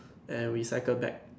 and we cycle back